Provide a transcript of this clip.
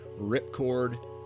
Ripcord